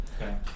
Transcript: okay